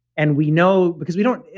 and we know because we don't.